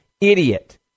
idiot